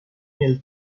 nel